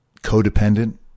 codependent